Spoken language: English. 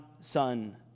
son